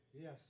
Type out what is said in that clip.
Yes